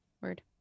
Word